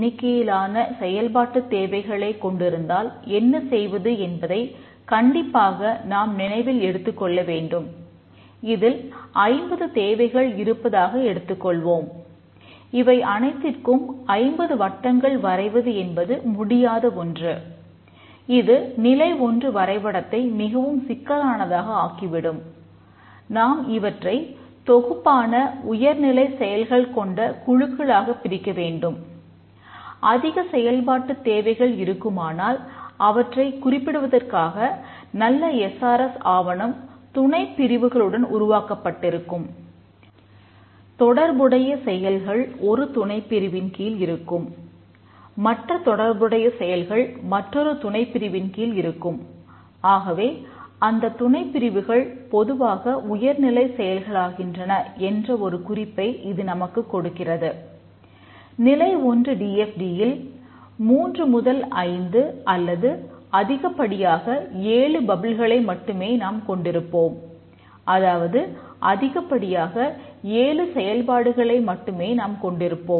SRS ஆவணமாக இருந்தால் அது ஒரு உயர்நிலை செயல்பாட்டை மட்டுமே கொண்டிருக்கும்